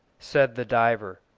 said the diver.